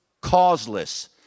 causeless